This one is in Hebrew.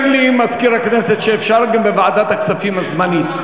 אומר לי מזכיר הכנסת שאפשר גם לוועדת הכספים הזמנית.